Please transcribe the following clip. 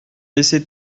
laissé